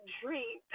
dream